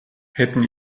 hätten